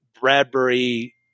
Bradbury